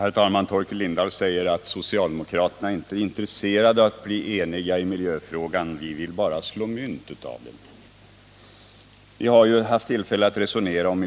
Är inte socialdemokraterna intresserade av naturskyddet?